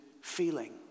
feeling